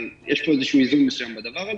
אבל יש איזשהו איזון מסוים בדבר.